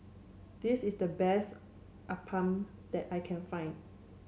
this is the best Appam that I can find